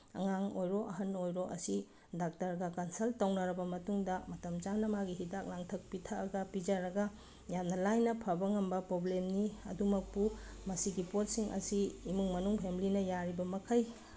ꯑꯉꯥꯡ ꯑꯣꯏꯔꯣ ꯑꯍꯟ ꯑꯣꯏꯔꯣ ꯑꯁꯤ ꯗꯥꯛꯇꯔꯒ ꯀꯟꯁꯜ ꯇꯧꯅꯔꯕ ꯃꯇꯨꯡꯗ ꯃꯇꯝ ꯆꯥꯅ ꯃꯥꯒꯤ ꯍꯤꯗꯥꯛ ꯂꯥꯡꯊꯛ ꯄꯤꯊꯛꯑꯒ ꯄꯤꯖꯔꯒ ꯌꯥꯝꯅ ꯂꯥꯏꯅ ꯐꯕ ꯉꯝꯕ ꯄ꯭ꯔꯣꯕ꯭ꯂꯦꯝꯅꯤ ꯑꯗꯨꯃꯛꯄꯨ ꯃꯁꯤꯒꯤ ꯄꯣꯠꯁꯤꯡ ꯑꯁꯤ ꯏꯃꯨꯡ ꯃꯅꯨꯡ ꯐꯦꯃꯤꯂꯤꯅ ꯌꯥꯔꯤꯕ ꯃꯈꯩ